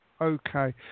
Okay